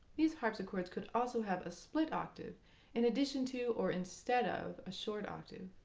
these harpsichords could also have a split octave in addition to or instead of a short octave,